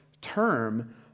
term